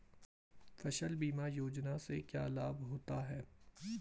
फसल बीमा योजना से क्या लाभ होता है?